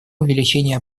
увеличения